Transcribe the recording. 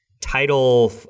Title